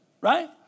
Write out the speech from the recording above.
right